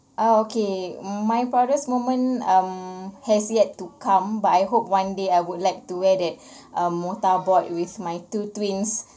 ah okay my proudest moment um has yet to come but I hope one day I would like to wear that mortarboard with my two twins